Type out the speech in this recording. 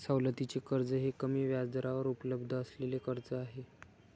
सवलतीचे कर्ज हे कमी व्याजदरावर उपलब्ध असलेले कर्ज आहे